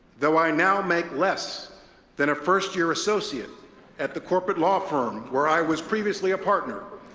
though i now make less than a first-year associate at the corporate law firm where i was previously a partner,